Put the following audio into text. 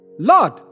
Lord